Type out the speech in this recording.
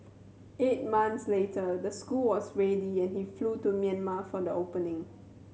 eight months later the school was ready and he flew to Myanmar for the opening